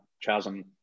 chasm